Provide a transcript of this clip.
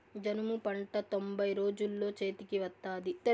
జనుము పంట తొంభై రోజుల్లో చేతికి వత్తాది